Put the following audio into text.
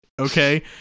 okay